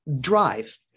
drive